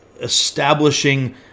establishing